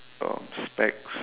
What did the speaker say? um specs